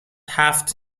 هفت